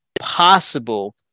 possible